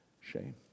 shame